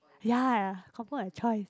ya confirm have choice